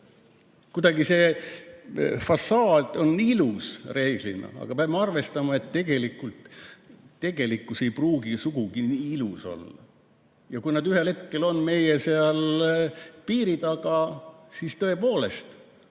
Kuidagi see fassaad on ilus reeglina, aga me peame arvestama, et tegelikkus ei pruugi sugugi ilus olla. Ja kui nad ühel hetkel on seal meie piiri taga ... Tõepoolest,